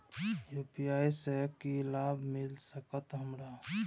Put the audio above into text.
UPI से की लाभ मिल सकत हमरा?